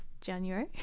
January